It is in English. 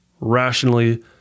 Rationally